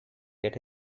get